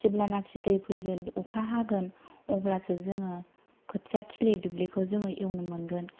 जेब्लानाखि दै फैगोन अखा हागोन अब्लासो जोङो खोथिया थिलि दुबलिखौ जोङो एवनो मोनगोन